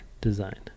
design